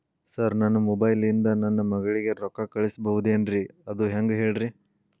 sir ನನ್ನ mobile ಇಂದ ನನ್ನ ಮಗಳಿಗೆ ರೊಕ್ಕಾ ಕಳಿಸಬಹುದೇನ್ರಿ ಅದು ಹೆಂಗ್ ಹೇಳ್ರಿ